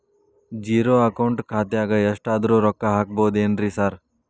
Zero account ಖಾತ್ಯಾಗ ಎಷ್ಟಾದ್ರೂ ರೊಕ್ಕ ಹಾಕ್ಬೋದೇನ್ರಿ ಸಾರ್?